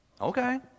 Okay